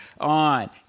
on